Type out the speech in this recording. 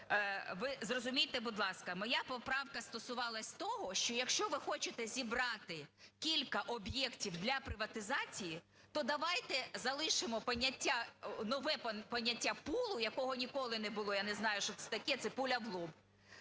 Ви зрозумійте, будь ласка, моя поправка стосувалася того, що якщо ви хочете зібрати кілька об'єктів для приватизації, то давайте залишимо поняття, нове поняття"пулу", якого ніколи не було, я не знаю що це таке, це "пуля в лоб",